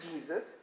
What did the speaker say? Jesus